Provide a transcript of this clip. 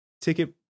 ticket